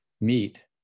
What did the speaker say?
meet